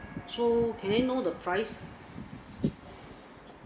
so can I know the price